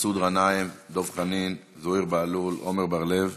מסעוד גנאים, דב חנין, זוהיר בהלול, עמר בר-לב,